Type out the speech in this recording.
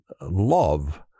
love